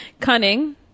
Cunning